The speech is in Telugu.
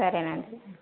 సరేనండి